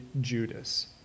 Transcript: judas